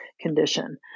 condition